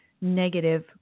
negative